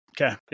Okay